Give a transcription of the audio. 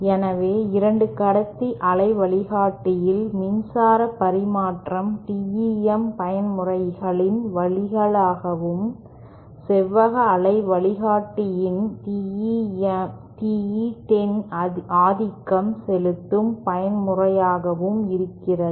எனவே 2 கடத்தி அலை வழிகாட்டியில் மின்சார பரிமாற்றம் TEM பயன்முறையின் வழியாகவும் செவ்வக அலை வழிகாட்டியில் TE 10 ஆதிக்கம் செலுத்தும் பயன்முறையாகவும் இருக்கிறது